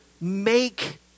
make